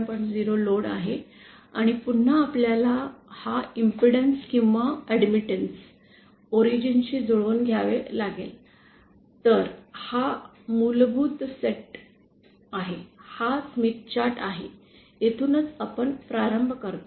0 load आहे आणि पुन्हा आपल्याला हा इम्पेडन्स किंवा ऐड्मिटन्स मूळ शी जुळवून घ्यावे लागेल तर हा मूलभूत सेट आहे हा स्मिथ चार्ट आहे येथूनच आपण प्रारंभ करतो